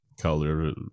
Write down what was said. color